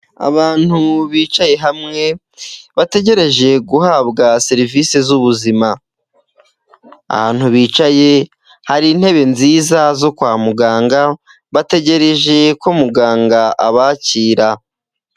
Abantu bicaye hamwe bategereje guhabwa serivisi z'ubuzima, ahantu bicaye hari intebe nziza zo kwa muganga bategereje ko muganga abakira.